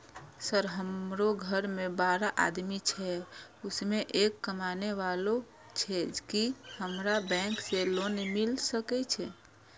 Sir हमरो घर में बारह आदमी छे उसमें एक कमाने वाला छे की हमरा बैंक से लोन मिल सके छे?